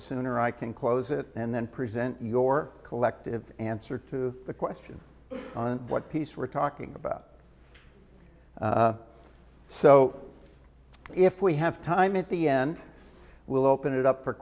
sooner i can close it and then present your collective answer to the question on what piece we're talking about so if we have time at the end we'll open it up for